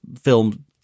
film